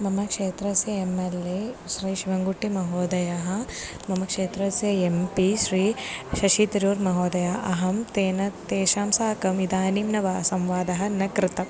मम क्षेत्रस्य M L A Shri शिवङ्गुट्टिमहोदयः मम क्षेत्रस्य एम् पि श्री शशितरुर् महोदयः अहं तेन तेषां साकम् इदानीं न वा संवादः न कृतम्